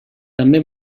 també